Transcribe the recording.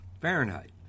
Fahrenheit